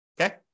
Okay